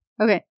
Okay